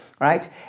right